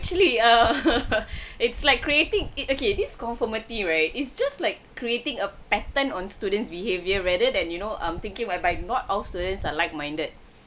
actually uh it's like creating it okay this conformity right it's just like creating a pattern on students' behaviour rather than you know um thinking whereby not all students are like-minded